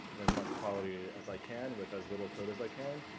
and as much quality as i can with as little code as i can.